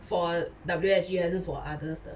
for W_S_G 还是 for others 的